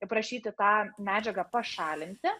prašyti tą medžiagą pašalinti